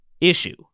issue